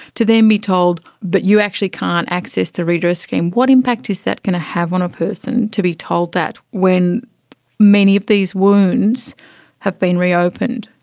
to then be told, but you actually can't access the redress scheme? what impact is that going to have on a person to be told that when many of these wounds have been reopened?